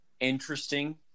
interesting